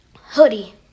Hoodie